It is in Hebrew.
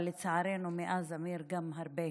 אבל לצערנו, מאז אמיר גם הרבה